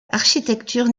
architecture